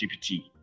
GPT